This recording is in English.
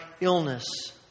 illness